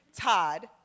Todd